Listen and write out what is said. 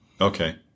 Okay